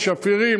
שפירים,